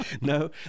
No